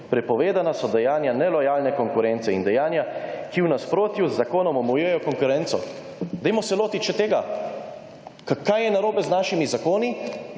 prepovedana so dejanja nelojalne konkurence in dejanja, ki v nasprotju z zakonom omejujejo konkurenco.« Dajmo se lotiti še tega! Kaj je narobe z našimi zakoni,